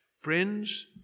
Friends